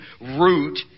root